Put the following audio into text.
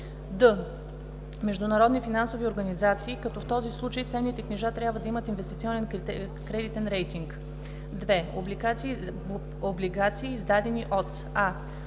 д) международни финансови организации, като в този случай ценните книжа трябва да имат инвестиционен кредитен рейтинг; 2. облигации, издадени от: